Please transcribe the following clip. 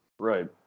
Right